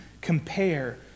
compare